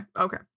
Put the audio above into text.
Okay